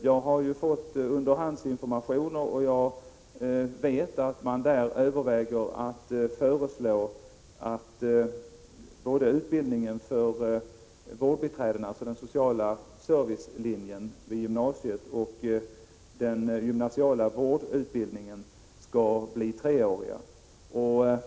Jag har ju fått underhandsinformationer, och jag vet att äldreberedningen överväger att föreslå att både utbildningen för vårdbiträden, dvs. den sociala servicelinjen i gymnasiet, och den gymnasiala vårdutbildningen skall bli treåriga.